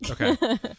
okay